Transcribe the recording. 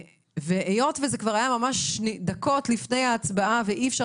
היות וזה כבר היה ממש דקות לפני ההצבעה ואי אפשר